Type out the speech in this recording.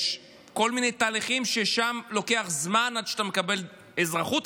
יש כל מיני תהליכים ששם לוקח זמן עד שאתה מקבל אזרחות,